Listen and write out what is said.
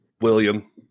William